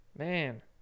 Man